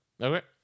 Okay